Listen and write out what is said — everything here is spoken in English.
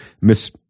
Miss